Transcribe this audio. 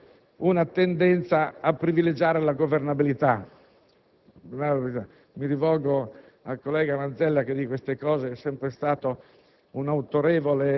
nel Paese una tendenza a privilegiare la governabilità - mi rivolgo al collega Manzella che di queste tesi è sempre stato